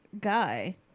guy